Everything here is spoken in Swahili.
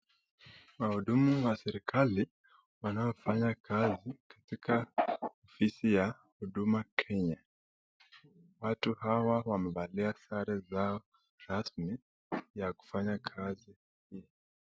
Waudumu wa serekali wanafanya kazi katika ofisi ya huduma Kenya, watu hawa wamefalia sare zao rasmi ya kufanya kazi.